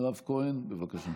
חברת הכנסת מירב כהן, בבקשה.